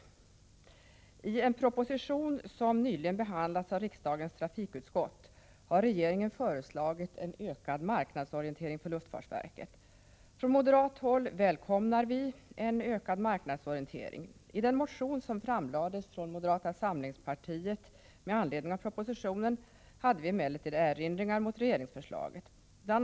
I en proposition som nyligen behandlats av riksdagens trafikutskott har regeringen föreslagit och fått gehör för en ökad marknadsorientering för luftfartsverket. Från moderat håll välkomnar vi en ökad marknadsorientering. I den motion som framlades från moderata samlingspartiet med anledning av propositionen hade vi dock en del erinringar mot regeringsförslaget. Bl.